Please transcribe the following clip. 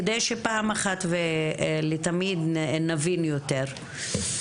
כדי שפעם אחת ולתמיד נבין יותר.